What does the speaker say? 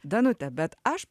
danute bet aš